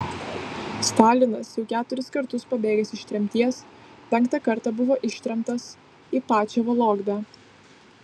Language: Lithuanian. stalinas jau keturis kartus pabėgęs iš tremties penktą kartą buvo ištremtas į pačią vologdą